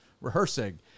rehearsing